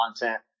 content